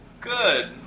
Good